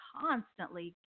constantly